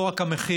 לא רק המחיר,